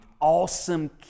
awesome